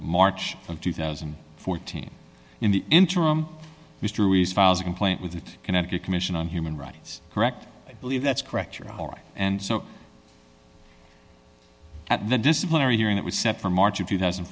march of two thousand and fourteen in the interim mystery's files a complaint with the connecticut commission on human rights correct i believe that's correct you're all right and so at the disciplinary hearing that was set for march of two thousand